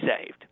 saved